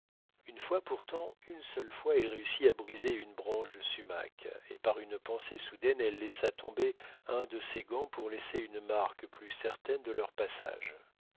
une fois pourtant une seule fois elle réussit à briser une branche de sumac et par une pensée soudaine elle laissa tomber un de ses gants pour laisser une marque plus certaine de leur passage